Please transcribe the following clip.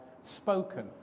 spoken